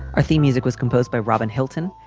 our theme music was composed by robin hilton.